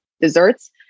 desserts